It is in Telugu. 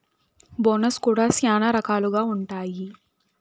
బోనస్ కూడా శ్యానా రకాలుగా ఉంటాయి